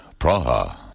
Praha